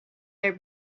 their